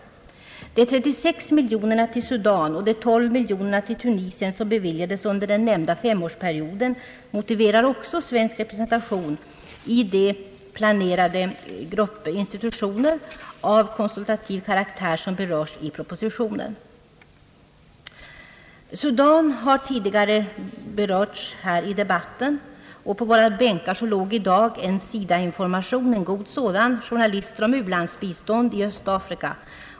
De 36 miljonerna till Sudan och de 12 miljonerna till Tunisien som beviljades under den nämnda =«<femårsperioden =:motiverar också svensk representation i de planerade institutioner av konsultativ karaktär som berörs i propositionen. Sudan har tidigare berörts här i debatten, och på våra bänkar låg i dag en god SIDA-information — Journalister om u-landsbistånd i Östafrika.